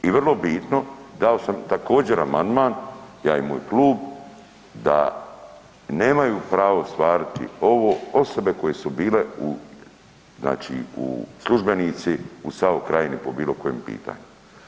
I vrlo bitno, dao sam također amandman, ja i moj klub, da nemaju pravo ostvariti ovo osobe koje su bile znači službenici u SAO Krajini po bilokojem pitanju.